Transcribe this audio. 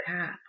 path